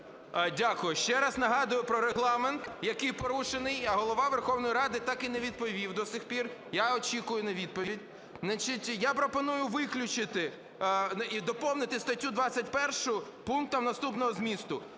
Дякую. Ще раз нагадую про Регламент, який порушений, а Голова Верховної Ради так і не відповів до цих пір. Я очікую на відповідь. Я пропоную виключити і доповнити статтю 21 пунктом наступного змісту: